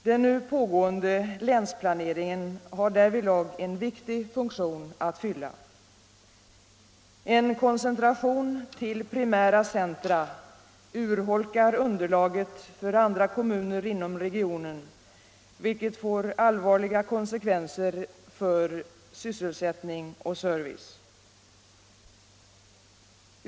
Den nu pågående länsplaneringen har därvidlag en viktig funktion att fylla. En koncentration till primära centra urholkar underlaget för andra kommuner inom regionen, vilket får allvarliga' konsekvenser för sysselsättning och service.